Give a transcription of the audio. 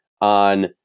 on